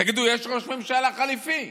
תגידו: יש ראש ממשלה חליפי,